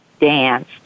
dance